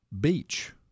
Beach